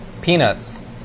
peanuts